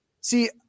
see